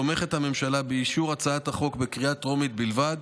תומכת הממשלה באישור הצעת החוק בקריאה טרומית בלבד,